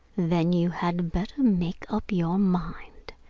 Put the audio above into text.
then you had better make up your mind,